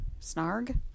Snarg